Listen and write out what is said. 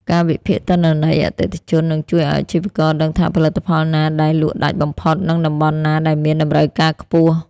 ការវិភាគទិន្នន័យអតិថិជន នឹងជួយឱ្យអាជីវករដឹងថាផលិតផលណាដែលលក់ដាច់បំផុត និងតំបន់ណាដែលមានតម្រូវការខ្ពស់។